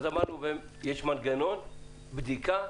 אז אמרנו: אם יש מנגנון בדיקה,